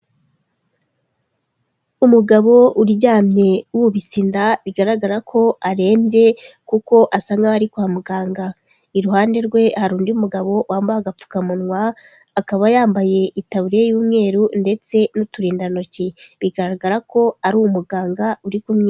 Umugabo uryamye wubitse inda bigaragara ko arembye kuko asa nk' ari kwa muganga iruhande rwe hari undi mugabo wambaye agapfukamunwa akaba yambaye itaburiya y'umweru ndetse n'uturindantoki bigaragara ko ari umuganga uri kumwi.